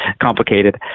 complicated